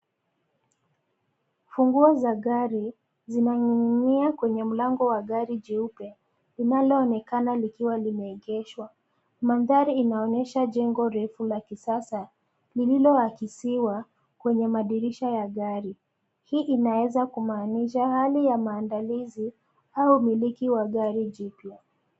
Funguo za gari, zinaning'inia kwenye mlango wa gari jeupe, linaloonekana likiwa limeegeshwa, mandhari inaonyesha jengo refu la kisasa, lililoakisiwa, kwenye madirisha ya gari, hii inaweza kumaanisha hali ya maandalizi, au umiliki wa gari jipya.